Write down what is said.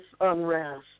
unrest